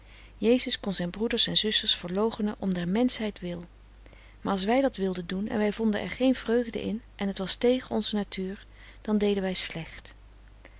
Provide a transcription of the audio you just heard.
jezus kon zijn broeders en zusters verloochenen om der menschheid wil maar als wij dat wilden doen en wij vonden er geen vreugde in en het was tegen onze natuur dan deden wij slecht